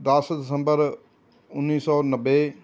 ਦਸ ਦਸੰਬਰ ਉੱਨੀ ਸੌ ਨੱਬੇ